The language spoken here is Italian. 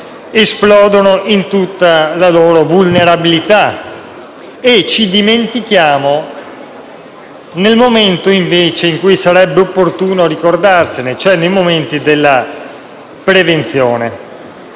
esplodono in tutta la loro vulnerabilità e ce ne dimentichiamo nel momento invece in cui sarebbe opportuno ricordarsene, cioè nei momenti della prevenzione.